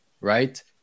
Right